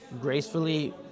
gracefully